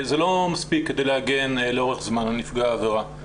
זה לא מספיק כדי להגן לאורך זמן על נפגע העבירה.